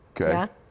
Okay